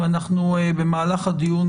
ואנחנו במהלך הדיון,